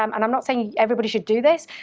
um and i'm not saying everybody should do this,